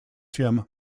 tim